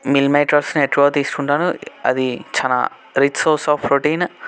meal మేకర్స్ని ఎక్కువ తీసుకుంటాను అది చాలా రిచ్ సోర్స్ ఆఫ్ ప్రోటీన్